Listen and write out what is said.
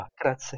grazie